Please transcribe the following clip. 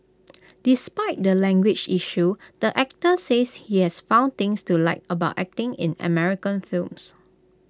despite the language issue the actor says he has found things to like about acting in American films